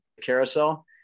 carousel